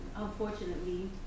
Unfortunately